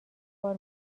بار